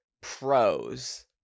pros